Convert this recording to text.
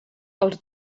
els